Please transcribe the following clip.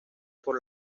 por